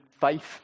faith